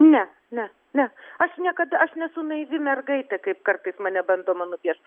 ne ne ne aš niekad aš nesu naivi mergaitė kaip kartais mane bandoma nupiešt